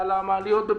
על המעליות בבני-ברק,